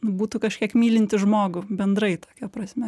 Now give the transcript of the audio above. būtų kažkiek mylintis žmogų bendrai tokia prasme